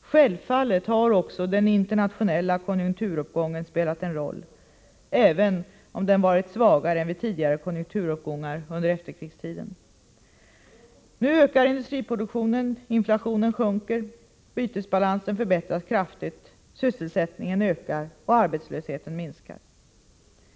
Självfallet har också den internationella konjunkturuppgången spelat en roll, även om den varit svagare än vid tidigare konjunkturuppgångar under efterkrigstiden. Nu ökar industriproduktionen, inflationen sjunker, bytesbalansen förbättras kraftigt, sysselsättningen ökar och arbetslösheten minskar.